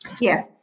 yes